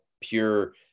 pure